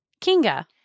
Kinga